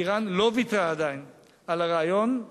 אירן לא ויתרה עדיין על הרעיון,